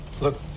Look